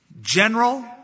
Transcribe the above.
General